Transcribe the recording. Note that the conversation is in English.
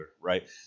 Right